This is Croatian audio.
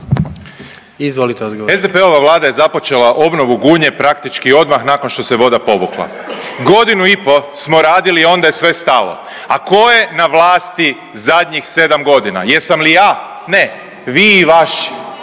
Peđa (SDP)** SDP-ova vlada je započela obnovu Gunje praktički odmah nakon što se voda povukla. Godinu i po smo radili i onda je sve stalo, a tko je na vlasti zadnjih 7 godina. Jesam li ja? Ne, vi i vaši.